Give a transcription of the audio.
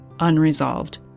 unresolved